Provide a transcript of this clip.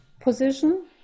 position